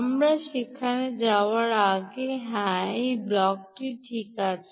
আমরা সেখানে যাওয়ার আগে হ্যাঁ এই ব্লকটি ঠিক আছে